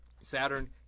Saturn